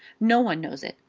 no one knows it.